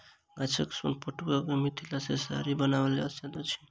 गाछक सोन पटुआ सॅ मिथिला मे साड़ी बनाओल जाइत छल